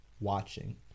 watching